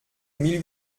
mille